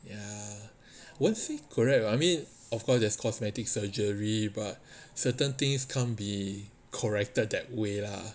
ya won't say correct I mean of course there's cosmetic surgery but certain things can't be corrected that way lah